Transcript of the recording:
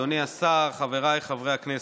אדוני השר, חבריי חברי הכנסת,